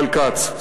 ישראל כץ,